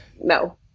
no